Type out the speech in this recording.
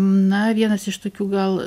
na vienas iš tokių gal